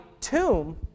tomb